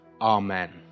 Amen